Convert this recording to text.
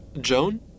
Joan